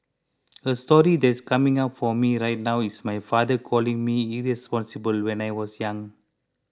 a story that's coming up for me right now is my father calling me irresponsible when I was young